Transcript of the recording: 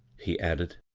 he added,